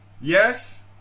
Yes